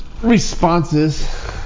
responses